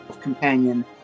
companion